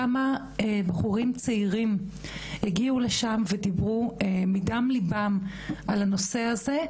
כמה בחורים צעירים הגיעו לשם ודיברו מדם ליבם על הנושא הזה,